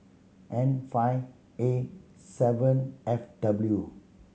N five A seven F W